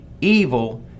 evil